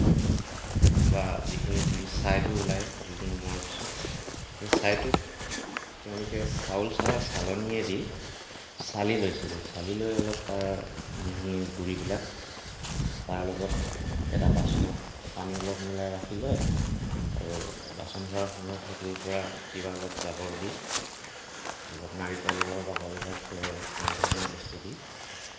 বা যিখিনি জুইৰ ছাইটো ওলাই জুইতো নুমুৱাৰ পিছত সেই ছাইটোক তেওঁলোকে চাউল চলা চালনীয়েদি চালি লৈছিল চালি লৈ অলপ তাৰ মিহি গুড়িবিলাক তাৰ লগত এটা বাচনত পানী অলপ মিলাই ৰাখি লয় আৰু বাচন ধোৱাৰ সময়ত সেইটোৰপৰা কিবা অলপ জাবৰেদি ধৰিলওক নাৰিকলৰ বাকল বা খেৰ এনে ধৰণৰ বস্তু দি